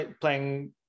playing